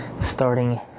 starting